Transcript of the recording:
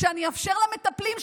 שאני אאפשר למטפלים,